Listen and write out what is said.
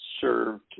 served